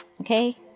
Okay